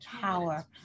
power